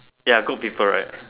ya good people right